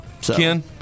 Ken